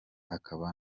akaba